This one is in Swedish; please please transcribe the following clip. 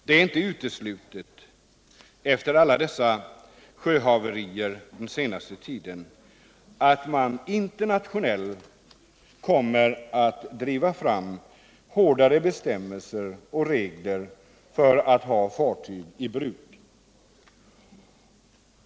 Det är inte uteslutet — efter alla haverier den senaste tiden — att man internationellt kommer att driva fram hårdare bestämmelser och regler för att ha fartyg i bruk.